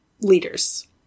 leaders